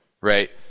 right